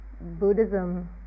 buddhism